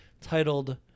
titled